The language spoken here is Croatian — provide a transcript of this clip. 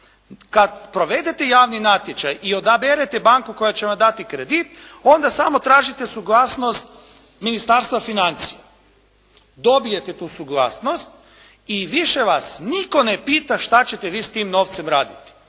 Kad provedete javni natječaj i odaberete banku koja će vam dati kredit, onda samo tražite suglasnost Ministarstva financija. Dobijete tu suglasnost i više vas nitko ne pita što ćete vi s tim novcem raditi,